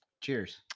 Cheers